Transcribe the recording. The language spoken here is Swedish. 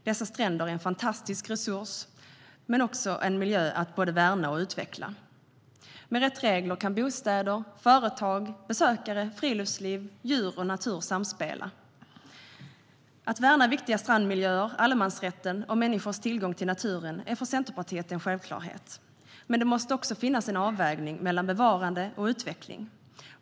Dessa stränder är en fantastisk resurs och en miljö att både värna och utveckla. Med rätt regler kan bostäder, företag, besökare, friluftsliv, djur och natur samspela. Att värna viktiga strandmiljöer, allemansrätten och människors tillgång till naturen är för Centerpartiet en självklarhet. Men det måste också finnas en avvägning mellan bevarande och utveckling.